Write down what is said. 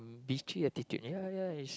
bitchy attitude ya ya is